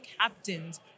captains